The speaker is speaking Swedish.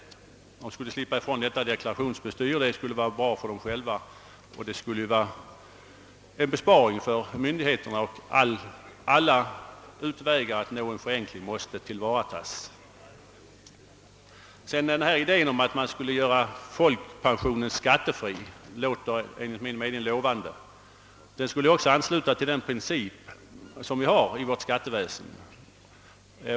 Därmed skulle de slippa alla deklarationsbestyr, vilket också skulle innebära en besparing för myndigheterna. Alla sätt att nå förenklingar härvidlag måste tillvaratas. Idén om att folkpensionen skulle göras skattefri låter enligt min mening lovande. Den ansluter sig också till en princip som vi har i vårt skatteväsen.